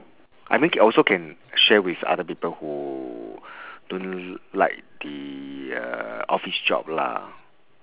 I mean ca~ also can share with other people who don't really like the uh office job lah